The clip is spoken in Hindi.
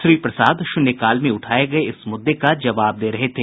श्री प्रसाद शून्यकाल में उठाये गये इस मदुदे का जवाब दे रहे थे